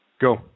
go